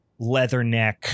leatherneck